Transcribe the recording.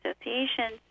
associations